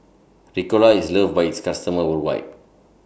Ricola IS loved By its customers worldwide